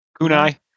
Kunai